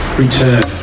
return